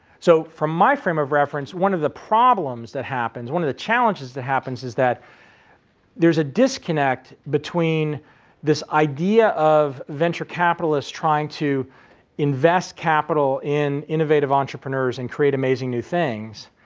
so, from my frame of reference, one of the problems that happens, one of the challenges that happens, is that there is a disconnect between this idea of venture capitalists trying to invest capital in innovative entrepreneurs and create amazing new things.